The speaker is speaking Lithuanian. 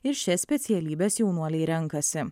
ir šias specialybes jaunuoliai renkasi